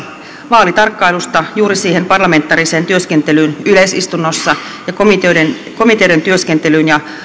vaalitarkkailusta juuri siihen parlamentaariseen työskentelyyn yleisistunnossa ja komiteoiden komiteoiden työskentelyyn ja